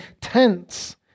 tents